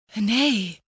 Nay